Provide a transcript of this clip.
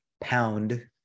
pound